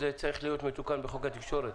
זה יצטרך להיות מתוקן בחוק התקשורת.